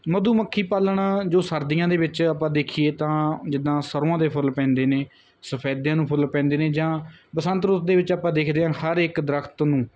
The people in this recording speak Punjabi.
ਮਧੂ ਮੱਖੀ ਪਾਲਣਾ ਜੋ ਸਰਦੀਆਂ ਦੇ ਵਿੱਚ ਆਪਾਂ ਦੇਖੀਏ ਤਾਂ ਜਿੱਦਾਂ ਸਰੋਆਂ ਦੇ ਫੁੱਲ ਪੈਂਦੇ ਨੇ ਸਫੈਦਿਆਂ ਨੂੰ ਫੁੱਲ ਪੈਂਦੇ ਨੇ ਜਾਂ ਬਸੰਤ ਰੁੱਤ ਦੇ ਵਿੱਚ ਆਪਾਂ ਦੇਖਦੇ ਆ ਹਰ ਇੱਕ ਦਰੱਖਤ ਨੂੰ